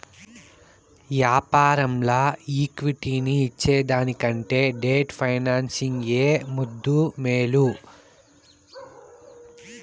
యాపారంల ఈక్విటీని ఇచ్చేదానికంటే డెట్ ఫైనాన్సింగ్ ఏ ముద్దూ, మేలు